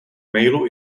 mailu